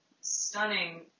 stunning